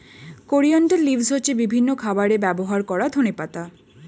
coriander leaves হচ্ছে বিভিন্ন খাবারে ব্যবহার করা ধনেপাতা